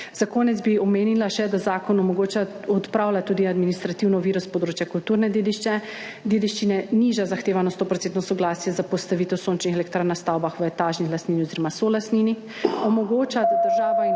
Za konec bi omenila še, da zakon odpravlja tudi administrativno oviro s področja kulturne dediščine, niža zahtevano 100-odstotno soglasje za postavitev sončnih elektrarn na stavbah v etažni lastnini oziroma solastnini,